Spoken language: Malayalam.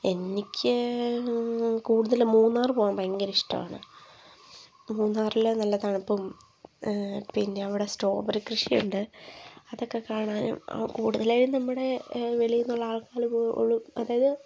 എനിക്ക് കൂടുതലും മൂന്നാർ പോകാൻ ഭയങ്കര ഇഷ്ടമാണ് മൂന്നാറിലെ നല്ല തണുപ്പും പിന്നെ അവിടെ സ്ട്രോബെറി കൃഷി ഉണ്ട് അതൊക്കെ കാണാനും അവിടെ കൂടുതലായും നമ്മുടെ വെളിയിൽ നിന്നുള്ള ആൾക്കാര് പോലും അതായത്